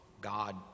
God